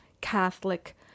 Catholic